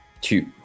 two